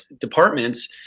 departments –